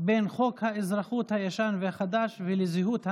בין חוק האזרחות הישן והחדש ולזהות המדינה.